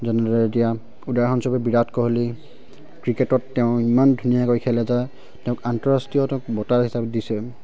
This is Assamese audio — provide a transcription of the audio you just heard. যেনেদৰে এতিয়া উদাহৰণস্বৰপে বিৰাট কোহলি ক্ৰিকেটত তেওঁ ইমান ধুনীয়াকৈ খেলে যায় তেওঁক আন্তঃৰাষ্ট্ৰীয় তেওঁক বঁটা হিচাপে দিছে